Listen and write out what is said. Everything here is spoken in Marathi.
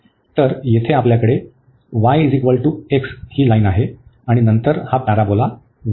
तर येथे आपल्याकडे y x लाईन आहे ही y x लाईन आहे आणि नंतर हा पॅराबोला आहे